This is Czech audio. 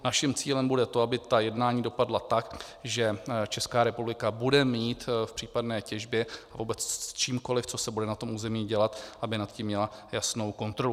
Naším cílem bude to, aby jednání dopadla tak, že Česká republika bude mít v případné těžbě a vůbec s čímkoli, co se bude na tom území dělat, aby nad tím měla jasnou kontrolu.